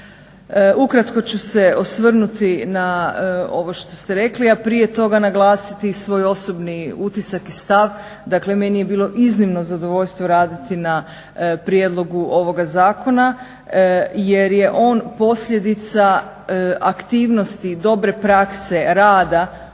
Ukratko ću se osvrnuti na ovo što ste rekli, a prije toga naglasiti svoj osobni utisak i stav. Dakle, meni je bilo iznimno zadovoljstvo raditi na prijedlogu ovoga zakona jer je on posljedica aktivnosti, dobre prakse rada.